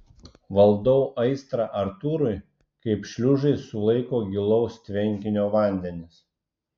valdau aistrą artūrui kaip šliuzai sulaiko gilaus tvenkinio vandenis